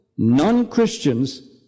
non-Christians